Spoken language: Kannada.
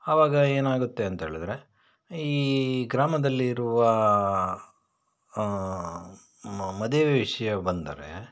ಅವಾಗ ಏನಾಗುತ್ತೆ ಅಂತ ಹೇಳಿದ್ರೆ ಈ ಗ್ರಾಮದಲ್ಲಿರುವ ಮ್ ಮದುವೆ ವಿಷಯ ಬಂದರೆ